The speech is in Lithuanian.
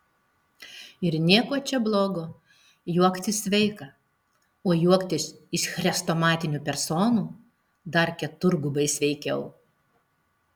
ir nieko čia blogo juoktis sveika o juoktis iš chrestomatinių personų dar keturgubai sveikiau